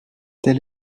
tel